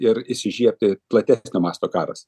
ir įsižiebti platesnio masto karas